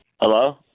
Hello